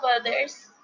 others